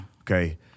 Okay